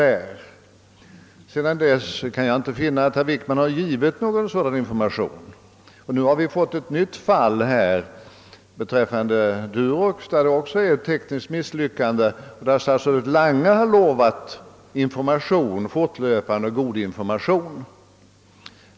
Men jag kan inte finna att herr Wickman har lämnat några sådana informationer. Nu har vi fått ett nytt fall av tekniskt misslyckande vid Duroxfabriken. Om denna fabrik har statsrådet Lange på sin tid lovat fortlöpande och goda informationer.